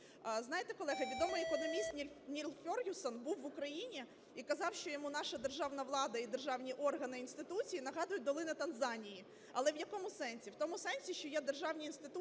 Знаєте, колеги, відомий економіст Ніл Фергюсон був в Україні і казав, що йому наша державна влада і державні органи, і інституції нагадують долини Танзанії. Але в якому сенсі? В тому сенсі, що є державні інституції,